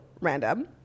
random